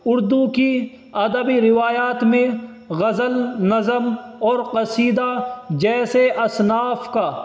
اردو کی ادبی روایات میں غزل نظم اور قصیدہ جیسے اصناف کا